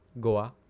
Goa